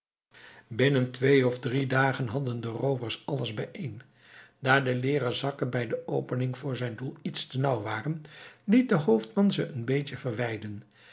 binnen twee of drie dagen hadden de roovers alles bijeen daar de leeren zakken bij de opening voor zijn doel iets te nauw waren liet de hoofdman ze een beetje verwijden